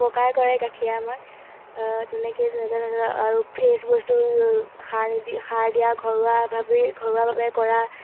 উপকাৰ কৰে গাখীৰে আমাক তেনেকেই তেনেকৈ আৰু ফ্ৰেছ বস্তু সাৰ নিদি সাৰ দিয়া ঘৰুৱাভাৱেই ঘৰুৱাভাৱে কৰা